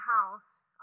house